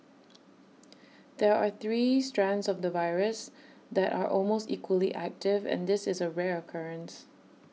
there are three strains of the virus that are almost equally active and this is A rare occurrence